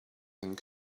and